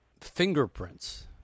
fingerprints